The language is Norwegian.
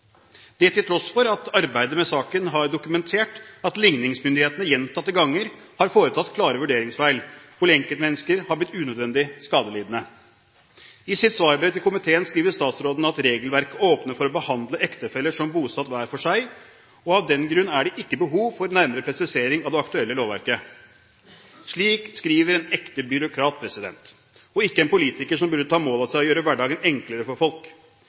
det til tross for at arbeidet med saken har dokumentert at ligningsmyndighetene gjentatte ganger har foretatt klare vurderingsfeil der enkeltmennesker har blitt unødvendig skadelidende. I sitt svarbrev til komiteen skriver statsråden at regelverket åpner for å behandle ektefeller som bosatt hver for seg, og av den grunn er det ikke behov for nærmere presisering av det aktuelle lovverket. Slik skriver en ekte byråkrat og ikke en politiker som burde ta mål av seg til å gjøre hverdagen enklere for folk.